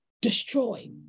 destroy